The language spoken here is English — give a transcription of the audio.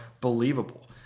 believable